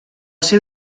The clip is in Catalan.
seu